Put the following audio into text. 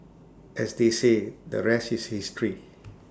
as they say the rest is history